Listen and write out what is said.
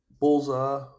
Bullseye